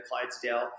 Clydesdale